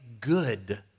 good